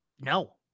No